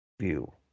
view